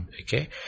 Okay